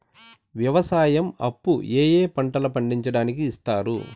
వ్యవసాయం అప్పు ఏ ఏ పంటలు పండించడానికి ఇస్తారు?